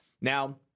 Now